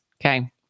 okay